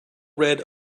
red